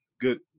good